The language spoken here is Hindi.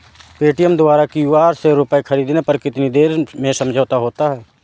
पेटीएम द्वारा क्यू.आर से रूपए ख़रीदने पर कितनी देर में समझौता होता है?